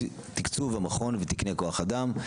תקצוב המכון ותקני כוח אדם,